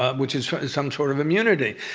ah which is some sort of immunity.